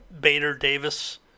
Bader-Davis